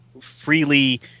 freely